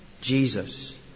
Jesus